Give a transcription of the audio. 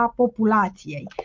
populației